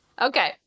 Okay